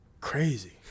crazy